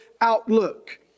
outlook